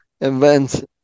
events